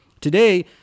today